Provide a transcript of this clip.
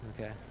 Okay